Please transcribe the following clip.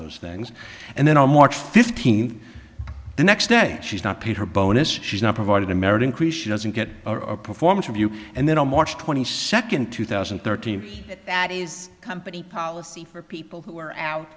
those things and then are more fifteen the next day she's not paid her bonus she's not provided a merit increase she doesn't get a performance review and then on march twenty second two thousand and thirteen that is company policy for people who are out